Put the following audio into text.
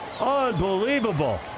Unbelievable